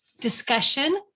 discussion